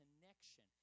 connection